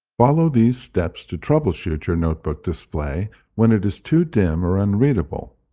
follow these steps to troubleshoot your notebook display when it is too dim or unreadable.